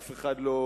אף אחד לא,